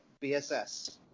BSS